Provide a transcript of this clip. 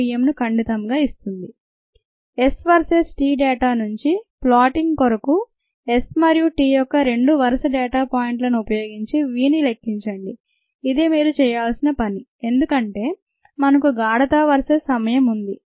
S versus t data నుంచి plotting కొరకు S మరియు t యొక్క రెండు వరస డేటా పాయింట్ లను ఉపయోగించి vని లెక్కించండి ఇది మీరు చేయాల్సిన పని ఎందుకంటే మనకు గాఢత వర్సెస్ సమయం ఉంది